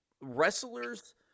wrestlers